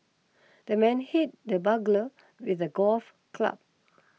the man hit the burglar with a golf club